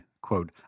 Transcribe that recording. quote